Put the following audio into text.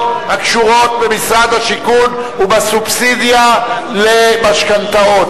הקשורות במשרד השיכון ובסובסידיה למשכנתאות.